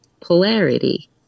polarity